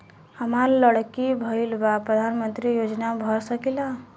हमार लड़की भईल बा प्रधानमंत्री योजना भर सकीला?